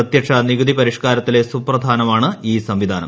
പ്രത്യക്ഷ നികുതി പരിഷ്ക്കാരത്തിലെ സുപ്രധാനമാണ് ഈ സംവിധാനം